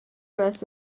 rest